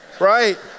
Right